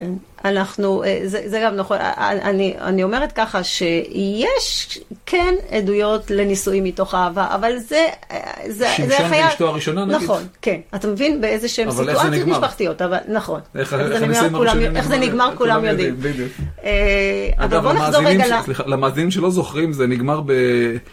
זה גם נכון, אני אומרת ככה שיש כן עדויות לנישואים מתוך אהבה, אבל זה חייבת, נכון, כן, אתה מבין באיזה שהן סיטואציות משפחתיות, אבל נכון, איך זה נגמר כולם יודעים, אבל בואו נחזור רגע למאזינים שלא זוכרים, זה נגמר